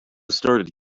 started